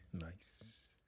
Nice